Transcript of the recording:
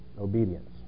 obedience